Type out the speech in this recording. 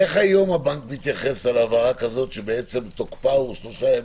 איך היום הבנק מתייחס להעברה כזו שתוקפה הוא שלושה ימים?